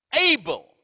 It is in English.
able